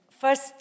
first